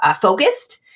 focused